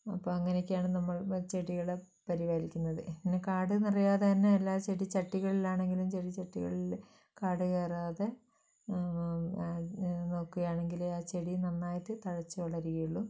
അപ്പോൾ അങ്ങനെയൊക്കെയാണ് നമ്മൾ ചെടികളെ പരിപാലിക്കുന്നത് പിന്നെ കാട് നിറയാതെ തന്നെ എല്ലാ ചെടിച്ചട്ടികളിൽ ആണെങ്കിലും ചെടിച്ചട്ടികളിൽ കാട് കയറാതെ നോക്കുകയാണെങ്കിൽ ആ ചെടി നന്നായിട്ട് തഴച്ച് വളരുകയുള്ളൂ